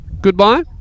goodbye